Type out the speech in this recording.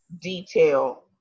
detail